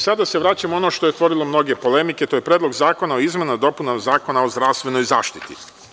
Sada se vraćam na ono što je otvorilo mnoge polemike, a to je Predlog zakona o izmenama i dopunama Zakona o zdravstvenoj zaštiti.